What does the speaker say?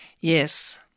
Yes